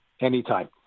Anytime